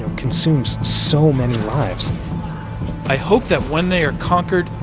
consumes so many lives i hope that when they are conquered,